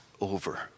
over